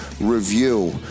Review